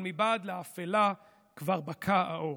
--- אבל מבעד לאפלה כבר בקע האור.